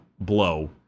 blow